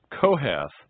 Kohath